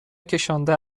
کشانده